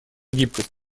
гибкость